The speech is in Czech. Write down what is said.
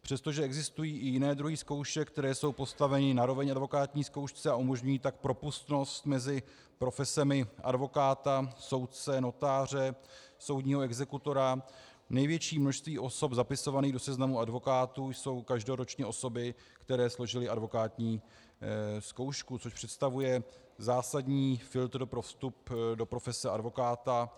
Přestože existují i jiné druhy zkoušek, které jsou postaveny na roveň advokátní zkoušce a umožňují tak propustnost mezi profesemi advokáta, soudce, notáře, soudního exekutora, největší množství osob zapisovaných do seznamu advokátů jsou každoročně osoby, které složily advokátní zkoušku, což představuje zásadní filtr pro vstup do profese advokáta.